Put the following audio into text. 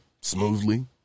smoothly